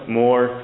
more